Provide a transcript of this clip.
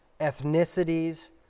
ethnicities